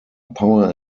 power